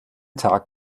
tag